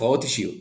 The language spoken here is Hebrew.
הפרעות אישיות